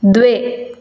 द्वे